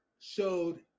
showed